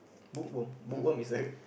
book worm book worm is like